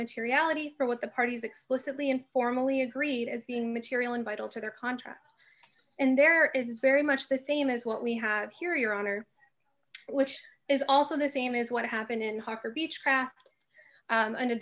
materiality for what the parties explicitly informally agreed as being material and vital to their contract and there is very much the same as what we have here your honor which is also the same as what happened in